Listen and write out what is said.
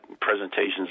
presentations